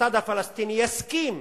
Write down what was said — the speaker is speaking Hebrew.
ובצד הפלסטיני יסכים